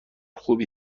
خوبی